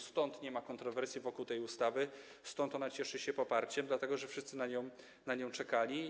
Stąd nie ma kontrowersji wokół tej ustawy i ona cieszy się poparciem, dlatego że wszyscy na nią czekali.